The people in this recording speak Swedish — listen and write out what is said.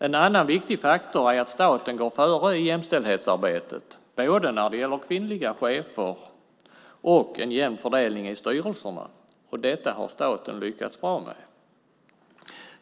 En annan viktig faktor är att staten går före i jämställdhetsarbetet, både när det gäller kvinnliga chefer och en jämn fördelning i styrelserna. Detta har staten lyckats bra med.